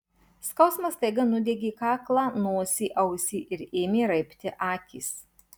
skausmas staiga nudiegė kaklą nosį ausį ir ėmė raibti akys